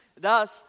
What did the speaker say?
Thus